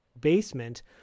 basement